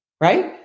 Right